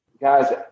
guys